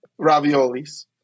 raviolis